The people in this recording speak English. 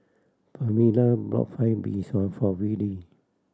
Pamela brought Fried Mee Sua for Wiley